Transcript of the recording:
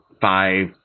five